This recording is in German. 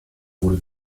wurde